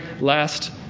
last